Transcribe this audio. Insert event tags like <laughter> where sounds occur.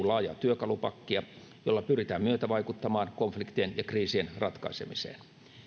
<unintelligible> laajaa työkalupakkia jolla pyritään myötävaikuttamaan konfliktien ja kriisien ratkaisemiseen